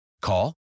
Call